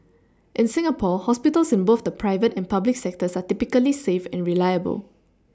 in Singapore hospitals in both the private and public sectors are typically safe and reliable